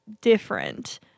different